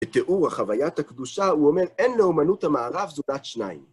בתיאור חוויית הקדושה הוא אומר, אין לאמנות המערב זולת שניים.